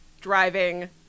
driving